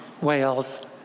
Wales